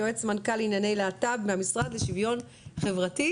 יועף מנכ"ל לענייני להט"ב מהמשרד לשוויון חברתי.